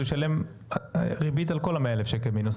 הוא ישלם ריבית על כל ה-100,000 מינוס,